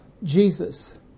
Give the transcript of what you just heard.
Jesus